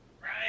Right